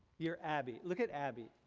you're abby. look at abby.